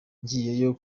ngiyeyo